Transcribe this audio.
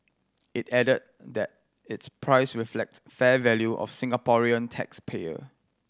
it added that its price reflects fair value for the Singaporean tax payer